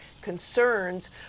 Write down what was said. concerns